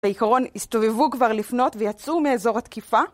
בעקרון הסתובבו כבר לפנות ויצאו מאזור התקיפה